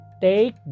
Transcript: Take